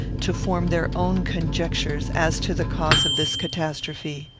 to form their own conjectures as to the cause of this catastrophe.